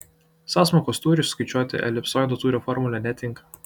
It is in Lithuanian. sąsmaukos tūriui skaičiuoti elipsoido tūrio formulė netinka